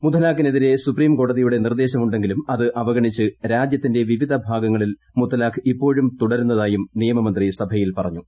മുത്തലാഖിനെതിരെ supreme കോടതിയുടെ നിർദ്ദേശ്മുണ്ടെങ്കിലും അത് അവഗണിച്ച് രാജ്യത്തിന്റെ വിവിധ ഭാഗങ്ങളിൽ മുത്തലാഖ് ഇപ്പോഴും തുടരുന്നതായും നിയമമന്ത്രി സഭയിൽ പറഞ്ഞു